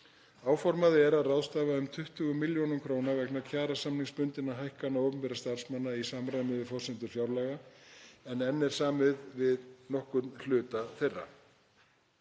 Áformað er að ráðstafa um 20 milljörðum kr. vegna kjarasamningsbundinna hækkana opinberra starfsmanna í samræmi við forsendur fjárlaga, en enn er ósamið við stóran hluta þeirra.